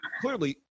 Clearly